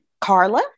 Carla